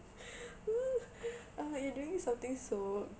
mm uh you're doing something so